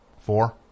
Four